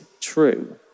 true